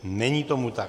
Není tomu tak.